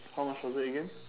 how much was it again